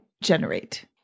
generate